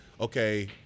okay